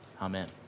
Amen